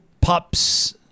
pup's